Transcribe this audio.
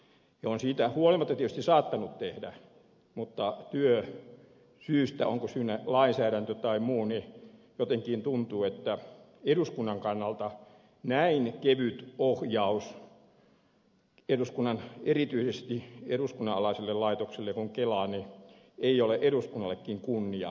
ovat he siitä huolimatta tietysti saattaneet tehdä mutta on syynä lainsäädäntö tai muu jotenkin tuntuu että eduskunnan kannalta näin kevyt ohjaus erityisesti sellaiselle eduskunnan alaiselle laitokselle kuin kela ei ole eduskunnallekaan kunniaksi